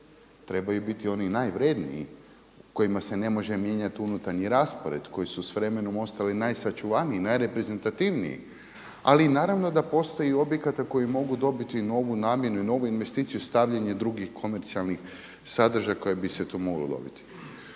trebaju biti oni najvrjedniji kojima se ne može mijenjati unutarnji raspored, koji su s vremenom ostali najsačuvaniji, najreprezentativniji ali i naravno da postoji objekata koji mogu dobiti novu namjenu i novu investiciju stavljanje drugih komercijalnih sadržaja koje bi se tu moglo dobiti.